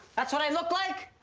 that's what i look like?